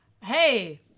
Hey